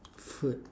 food